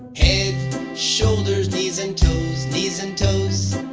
and shoulders knees and toes, knees and toes.